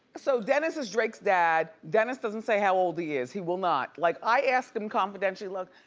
so dennis is drake's dad. dennis doesn't say how old he is, he will not. like, i asked him confidentially, look,